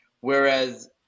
Whereas